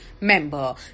member